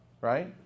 Right